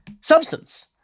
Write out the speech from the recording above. substance